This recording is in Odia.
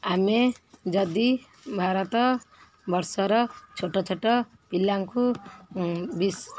ଆମେ ଯଦି ଭାରତ ବର୍ଷର ଛୋଟ ଛୋଟ ପିଲାଙ୍କୁ ବି